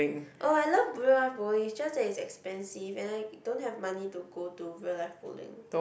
orh I love real live bowling is just that is expensive and I don't have money to go to real live bowling